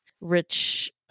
rich